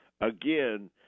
again